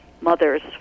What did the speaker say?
mothers